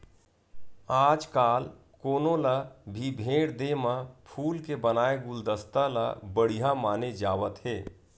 आजकाल कोनो ल भी भेट देय म फूल के बनाए गुलदस्ता ल बड़िहा माने जावत हे